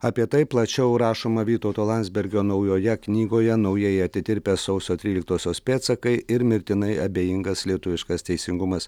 apie tai plačiau rašoma vytauto landsbergio naujoje knygoje naujai atitirpę sausio tryliktosios pėdsakai ir mirtinai abejingas lietuviškas teisingumas